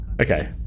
Okay